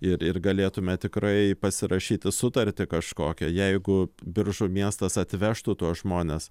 ir ir galėtume tikrai pasirašyti sutartį kažkokią jeigu biržų miestas atvežtų tuos žmones